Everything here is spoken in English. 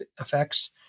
effects